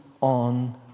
on